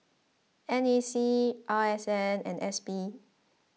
N A C R S N and S P